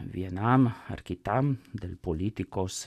vienam ar kitam dėl politikos